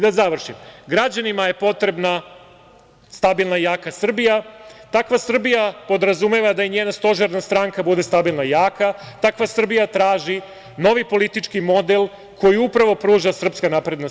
Da završim, građanima je potrebna stabilna i jaka Srbija, takva Srbija podrazumeva da njena stožerna stranka bude stabilna i jaka, takva Srbija traži novi politički model koji upravo pruža SNS.